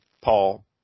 Paul